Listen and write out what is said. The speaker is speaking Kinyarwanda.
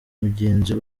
mugenzi